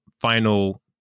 final